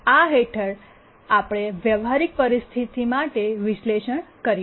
આ હેઠળ અમે વ્યવહારિક પરિસ્થિતિ માટે વિશ્લેષણ કર્યું